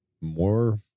more